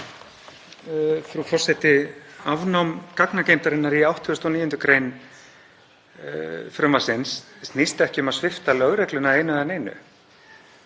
Frú forseti. Afnám gagnageymdarinnar í 89. gr. frumvarpsins snýst ekki um að svipta lögregluna einu eða neinu.